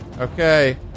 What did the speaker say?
Okay